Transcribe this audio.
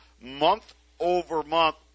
month-over-month